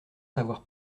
savoir